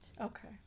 Okay